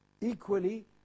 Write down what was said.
Equally